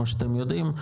כמו שאתם יודעים,